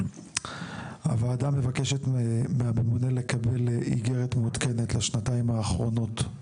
הוועדה מבקשת מהממונה לקבל איגרת מעודכנת לשנתיים האחרונות,